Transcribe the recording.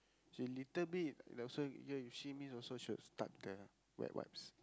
she little bit and also ya you see me also she will start the wet wipes